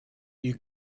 you